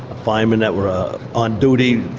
firemen that were on duty,